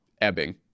ebbing